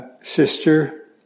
sister